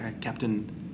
Captain